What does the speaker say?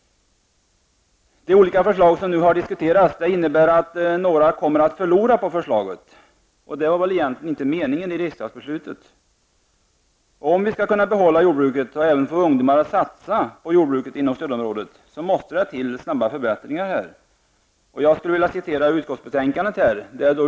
De olika förslag som nu har diskuterats innebär att några kommer att förlora på förslaget, och det var väl egentligen inte meningen i riksdagsbeslutet. Om vi skall behålla jordbruket och även få ungdomar att satsa på jordbruket inom stödområdet, måste det till snabba förbättringar. Jag skulle här vilja referera till utskottsbetänkandet.